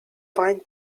wine